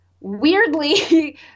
weirdly